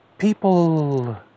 People